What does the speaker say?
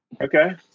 Okay